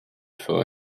for